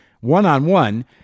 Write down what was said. one-on-one